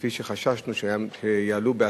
וכפי שחששנו שהם יעלו,